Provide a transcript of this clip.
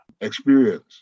experience